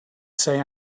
say